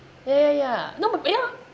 ya ya ya no but ya